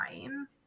time